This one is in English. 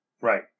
Right